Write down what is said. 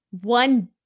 One